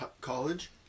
college